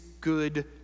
good